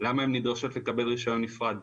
למה הן נדרשות לקבל רישיון נפרד?